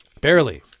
Barely